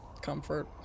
comfort